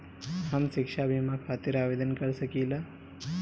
हम शिक्षा बीमा खातिर आवेदन कर सकिला?